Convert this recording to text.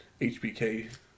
HBK